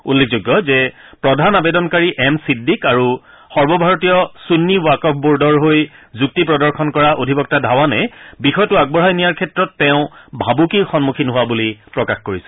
উল্লেখযোগ্য যে প্ৰধান আবেদনকাৰী এম ছিদ্দিক আৰু সৰ্বভাৰতীয় ছুন্নী ৱাকফ বৰ্ডৰ হৈ যুক্তি প্ৰদৰ্শন কৰা অধিবক্তা ধাৱানে বিষয়টো আগবঢ়াই নিয়াৰ ক্ষেত্ৰত তেওঁ ভাবুকিৰ সন্মুখীন হোৱা বুলি প্ৰকাশ কৰিছিল